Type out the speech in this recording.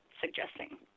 suggesting